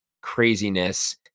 craziness